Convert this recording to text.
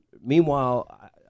meanwhile